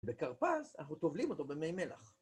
וכרפס אנחנו טובלים אותו במי מלח.